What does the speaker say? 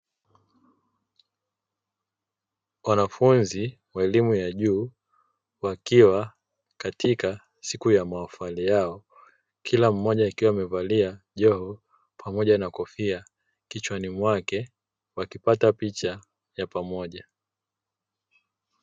Wanafunzi wa elimu wa juu wakiwa katika siku ya mahafali yao, kila mmoja akiwa amevalia joho pamoja na kofia kichwani mwake wakipata picha ya pamoja.